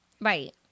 Right